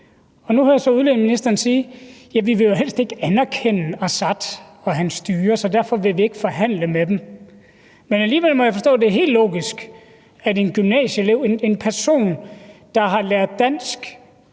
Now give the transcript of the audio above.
Og nu hører jeg så udlændingeministeren sige: Vi vil jo helst ikke anerkende Assad og hans styre, så derfor vil vi ikke forhandle med dem. Men alligevel må jeg forstå, at det åbenbart er helt logisk, at en gymnasieelev, en person, der har lært dansk,